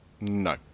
No